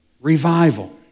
Revival